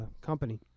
company